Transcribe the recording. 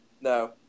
No